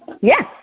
Yes